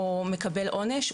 או מקבל עונש,